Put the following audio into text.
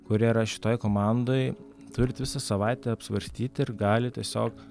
kurie yra šitoj komandoj turit visą savaitę apsvarstyti ir galit tiesiog